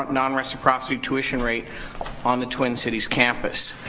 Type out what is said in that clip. non-reciprocity tuition rate on the twin cities campus.